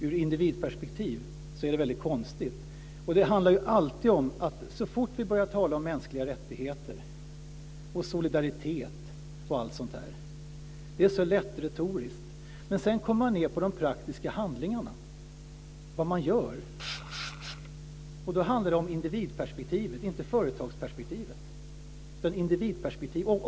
Ur individperspektiv är det väldigt konstigt. Det handlar alltid om detta så fort vi börjar tala om mänskliga rättigheter och solidaritet och allt sådant. Det är så lätt retoriskt. Men sedan kommer man ned till de praktiska handlingarna, vad man gör. Då handlar det om individperspektivet - inte om företagsperspektivet utan om individperspektivet.